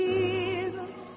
Jesus